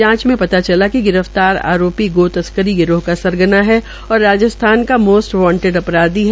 जांच मे पता चला कि गिरफ्तार आरोपी गौ तस्करी का सरगना है और राजस्थान का मोस्ट वांटेडड अपराधी है